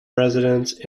residence